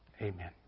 Amen